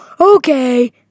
Okay